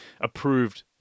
approved